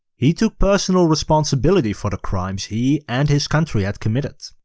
he took personal responsibility for the crimes he and his country had committed.